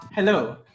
Hello